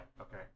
Okay